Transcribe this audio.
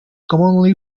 commonly